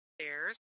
stairs